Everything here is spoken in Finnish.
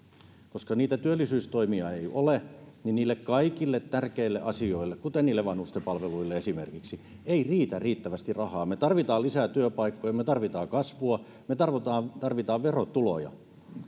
koska niitä työllisyystoimia ei ole niin niille kaikille tärkeille asioille kuten vanhustenpalveluille esimerkiksi ei riitä riittävästi rahaa me tarvitsemme lisää työpaikkoja me tarvitsemme kasvua me tarvitsemme me tarvitsemme verotuloja